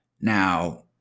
Now